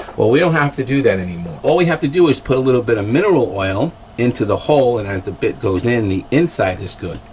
well, we don't have to do that anymore. all we have to do is put a little bit of mineral oil into the hole and as the bit goes in, the inside is good.